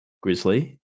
grizzly